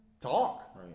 talk